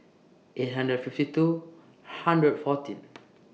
eight hundred fifty two hundred fourteen